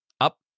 up